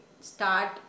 start